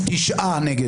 מי נגד?